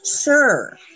Sure